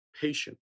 patient